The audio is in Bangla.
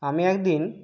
আমি এক দিন